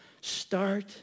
start